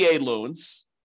loans